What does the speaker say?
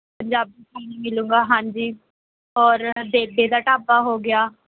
ਪੰਜਾਬੀ ਮਿਲੂੰਗਾ ਹਾਂਜੀ ਔਰ ਬੇਬੇ ਦਾ ਢਾਬਾ ਹੋ ਗਿਆ